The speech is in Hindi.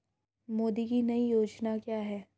मोदी की नई योजना क्या है?